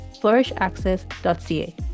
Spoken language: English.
flourishaccess.ca